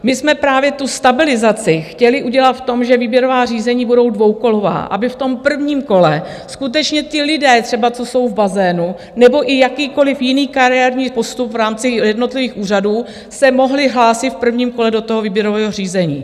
My jsme právě tu stabilizaci chtěli udělat v tom, že výběrová řízení budou dvoukolová, aby v tom prvním kole skutečně ti lidé třeba, co jsou v bazénu, nebo i jakýkoliv jiný kariérní postup v rámci jednotlivých úřadů, se mohli hlásit v prvním kole do toho výběrového řízení.